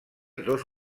dos